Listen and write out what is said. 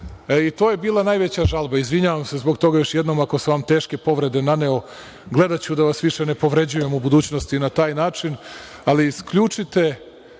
to je bila najveća žalba. Izvinjavam se zbog toga još jednom ako sam vam teške povrede naneo, gledaću da vas više ne povređujem u budućnosti na taj način. Ali, isključite